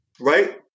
right